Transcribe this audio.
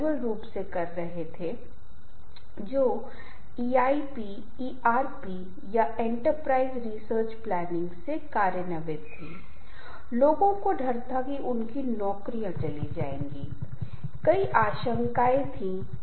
हमारे संचार व्यवहार के समय के माध्यम से हमारे नए रिश्ते में बातचीत अथवा नवीनीकरण भी आवश्यक है उपहार देना एक निश्चित अवसर पर एक दूसरे को बधाई देना जैसे जन्मदिन शादी समारोह अत्यादि है